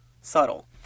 Subtle